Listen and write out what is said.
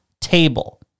table